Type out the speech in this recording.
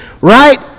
right